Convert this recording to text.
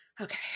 okay